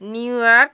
New York